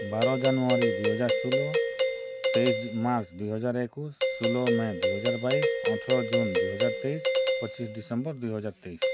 ବାର ଜାନୁଆରି ଦୁଇ ହଜାର୍ ଷୁଲ ତେଇଶ୍ ମାର୍ଚ୍ ଦୁଇ ହଜାର୍ ଏକୁଶ୍ ଷୁଲ ମେ' ଦୁଇ ହଜାର୍ ବାଇଶ୍ ଅଠ୍ର ଜୁନ୍ ଦୁଇ ହଜାର୍ ତେଇଶ୍ ପଚିଶ୍ ଡିସେମ୍ବର୍ ଦୁଇ ହଜାର୍ ତେଇଶ୍